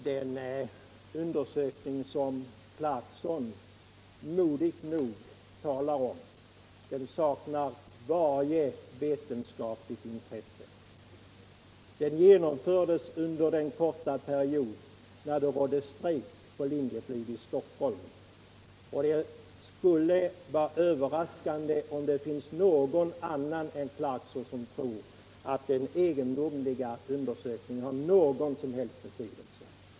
Herr talman! Den undersökning som Rolf Clarkson modigt nog talar om saknar varje vetenskapligt intresse. Den genomfördes under den period när det rådde strejk på Linjeflyg i Stockholm. Det skulle vara överraskande om det finns någon annan än Rolf Clarkson som tror att den egendomliga undersökningen har någon som helst betydelse.